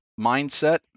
mindset